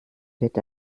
wird